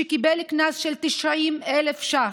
שקיבל קנס של 90,000 ש"ח.